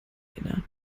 einer